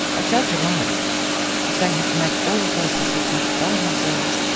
a judge alone is going to have to make all of those decision by themselves,